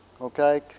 okay